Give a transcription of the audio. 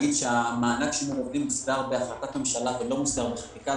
מענק שימור עובדים מוסדר בהחלטת ממשלה ולא בחקיקה.